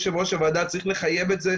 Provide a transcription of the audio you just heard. יו"ר הוועדה צריך לחייב את זה,